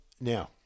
Now